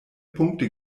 punkte